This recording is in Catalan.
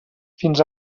fins